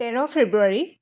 তেৰ ফেব্ৰুৱাৰী